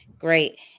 Great